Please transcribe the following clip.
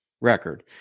Record